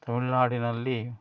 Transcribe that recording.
ತಮಿಳ್ನಾಡಿನಲ್ಲಿ